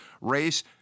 race